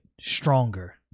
stronger